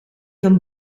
van